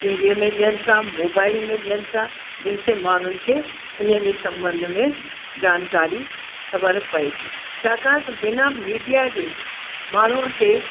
टीवीअ में ॾियनि था मोबाइल में ॾियनि था जिनसें माण्हुनि खे उने जे संबंध में जानकारी ख़बर पए थी छाकाणि त बिना मीडिया जे माण्हूअ खे